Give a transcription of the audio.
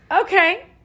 Okay